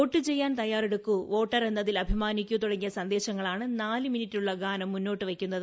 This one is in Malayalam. വോട്ടു ചെയ്യാൻ തയ്യാറെടുക്കൂ വോട്ടർ എന്നതിൽ അഭിമാനിക്കൂ തുടങ്ങിയ സന്ദേശങ്ങളാണ് നാലു മിനിട്ടുള്ള ഗാനം മുന്നോട്ടു വയ്ക്കുന്നത്